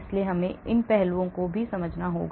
इसलिए हमें उन पहलुओं को भी समझना होगा